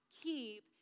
keep